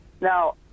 Now